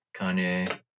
kanye